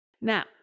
Now